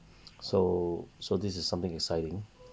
so so this is something exciting